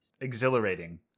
exhilarating